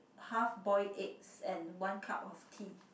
half boil eggs and one cup of tea